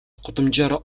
гудамжаар